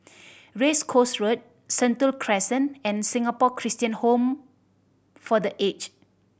Race Course Road Sentul Crescent and Singapore Christian Home for The Aged